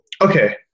Okay